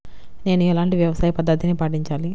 నేను ఎలాంటి వ్యవసాయ పద్ధతిని పాటించాలి?